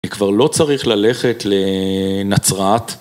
כבר לא צריך ללכת לנצרת.